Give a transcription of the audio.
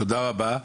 תודה רבה.